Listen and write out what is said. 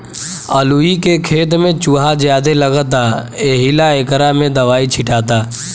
अलूइ के खेत में चूहा ज्यादे लगता एहिला एकरा में दवाई छीटाता